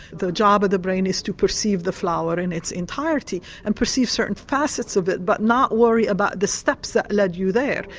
the job of the brain is to perceive the flower in its entirety and perceive certain facets of it but not worry about the steps that led you there.